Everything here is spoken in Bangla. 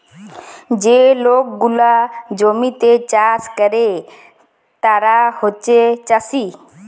যে লক গুলা জমিতে চাষ ক্যরে তারা হছে চাষী